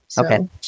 Okay